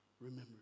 remember